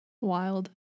Wild